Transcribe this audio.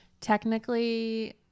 technically